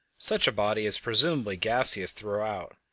such a body is presumably gaseous throughout,